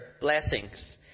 blessings